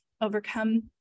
overcome